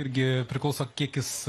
irgi priklauso kiek jis